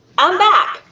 i'm back.